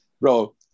bro